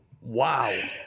Wow